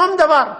שום דבר.